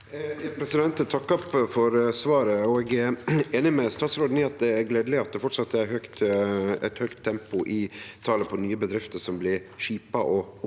Eg takkar for svar- et, og eg er einig med statsråden i at det er gledeleg at det fortsatt er høgt tempo i talet på nye bedrifter som blir skipa og oppretta